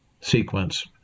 sequence